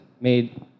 made